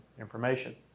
information